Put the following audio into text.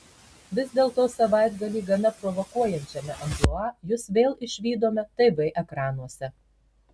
vis dėlto savaitgalį gana provokuojančiame amplua jus vėl išvydome tv ekranuose